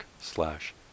slash